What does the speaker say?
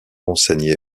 enseigné